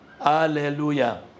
Hallelujah